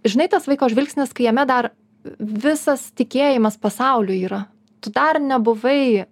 žinai tas vaiko žvilgsnis kai jame dar visas tikėjimas pasauliu yra tu dar nebuvai